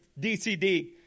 DCD